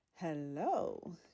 hello